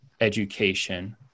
education